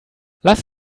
lass